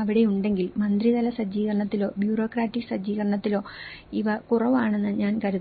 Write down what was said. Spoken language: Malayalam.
അവിടെയുണ്ടെങ്കിൽ മന്ത്രിതല സജ്ജീകരണത്തിലോ ബ്യൂറോക്രാറ്റിക് സജ്ജീകരണത്തിലോ ഇവ കുറവാണെന്ന് ഞാൻ കരുതുന്നു